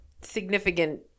significant